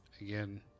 again